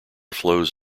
flows